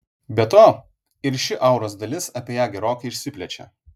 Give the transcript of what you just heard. be to ir ši auros dalis apie ją gerokai išsiplečia